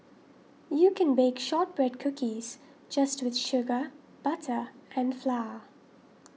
you can bake Shortbread Cookies just with sugar butter and flour